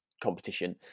competition